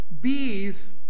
Bees